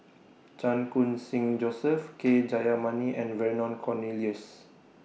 Chan Khun Sing Joseph K Jayamani and Vernon Cornelius